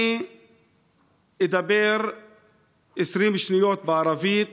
אני אדבר 20 שניות בערבית: